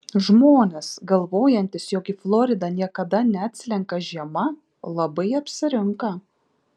žmonės galvojantys jog į floridą niekada neatslenka žiema labai apsirinka